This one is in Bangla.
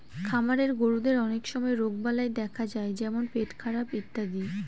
খামারের গরুদের অনেক সময় রোগবালাই দেখা যায় যেমন পেটখারাপ ইত্যাদি